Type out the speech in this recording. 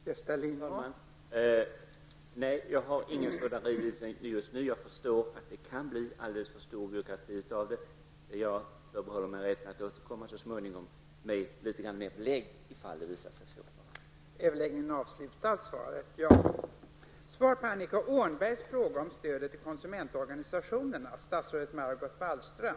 Fru talman! Nej, jag har inte heller någon sådan kännedom. Jag förstår att byråkratin kan bli alldeles för stor. Jag förbehåller mig dock rätten att så småningom återkomma om det visar sig att jag får ytterligare belägg för dessa missförhållanden.